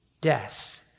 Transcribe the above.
death